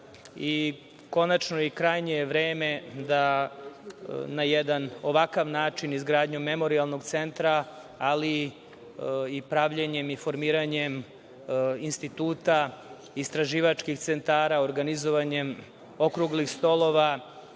Romi. Konačno i krajnje je vreme da na jedan ovakav način, izgradnjom Memorijalnog centra, ali i pravljenjem i formiranjem instituta istraživačkih centara, organizovanjem okruglih stolova